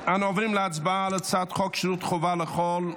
אנו עוברים להצבעה על הצעת חוק שירות חובה לכול,